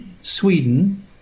Sweden